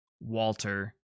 walter